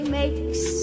makes